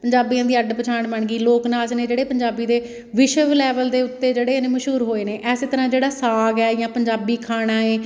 ਪੰਜਾਬੀਆਂ ਦੀ ਅੱਡ ਪਛਾਣ ਬਣ ਗਈ ਲੋਕ ਨਾਚ ਨੇ ਜਿਹੜੇ ਪੰਜਾਬੀ ਦੇ ਵਿਸ਼ਵ ਲੈਵਲ ਦੇ ਉੱਤੇ ਜਿਹੜੇ ਨੇ ਮਸ਼ਹੂਰ ਹੋਏ ਨੇ ਇਸੇ ਤਰ੍ਹਾਂ ਜਿਹੜਾ ਸਾਗ ਹੈ ਜਾਂ ਪੰਜਾਬੀ ਖਾਣਾ ਹੈ